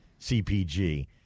CPG